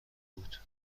بود